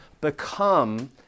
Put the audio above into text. become